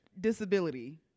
disability